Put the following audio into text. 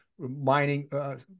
mining